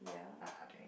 ah dang it